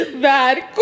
Bad